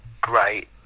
great